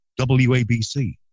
WABC